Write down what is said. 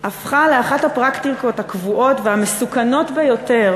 הפכה לאחת הפרקטיקות הקבועות והמסוכנות ביותר